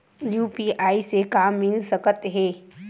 UPI से का मिल सकत हे?